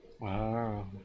Wow